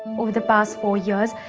over the past four years,